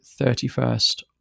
31st